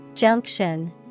Junction